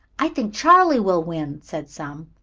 i think charley will win! said some.